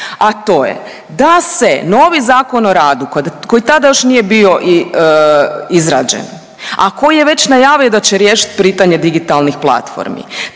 a to je da se novi Zakon o radu koji tada još nije bio izrađen, a koji je već najavio da će riješiti pitanje digitalnih platformi